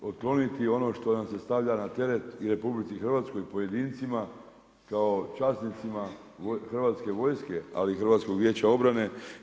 Otkloniti ono što nam se stavlja na teret i RH i pojedincima, kao časnicima hrvatske vojske ali i Hrvatskog vijeća obrane.